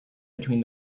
between